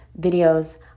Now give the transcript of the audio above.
videos